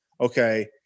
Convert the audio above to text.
okay